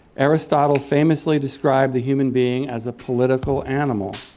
aristotle famously described the human being as a political animal.